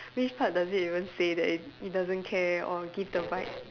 which part does it even say that it it doesn't care or give the vibe